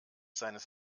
seines